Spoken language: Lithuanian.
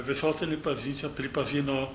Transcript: visose lyg pozicijose pripažino